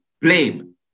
blame